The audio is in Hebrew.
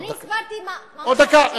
אני הסברתי מה, עוד דקה.